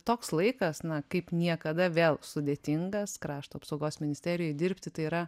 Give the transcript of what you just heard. toks laikas na kaip niekada vėl sudėtingas krašto apsaugos ministerijoj dirbti tai yra